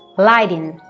lighting,